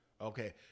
okay